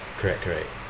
correct correct